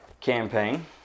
campaign